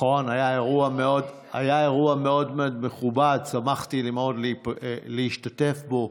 היה אירוע מאוד מאוד מכובד, שמחתי מאוד להשתתף בו,